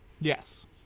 Yes